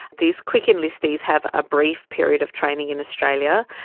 these quick enlistees have a brief period of training in australia,